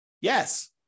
Yes